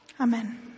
Amen